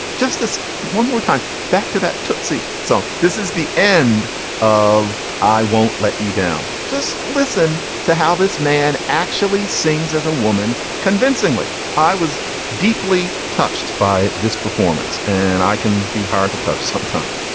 just this one more time back to that tootsie. so this is the end of i won't let you down. just listen to how this man actually sings as a woman convincingly. i was deeply touched by this performance and i can be hard to touch sometimes.